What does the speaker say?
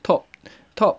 top top